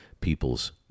People's